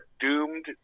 doomed